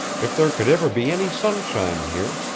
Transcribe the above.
if there could ever be any sunshine here,